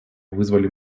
вызвали